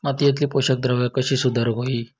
मातीयेतली पोषकद्रव्या कशी सुधारुक होई?